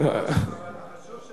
אדוני היושב-ראש,